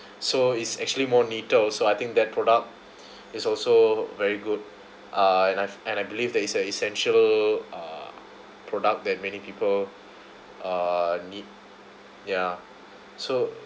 so it's actually more neater also I think that product is also very good uh and I've and I believe it's an essential uh product that many people uh need ya so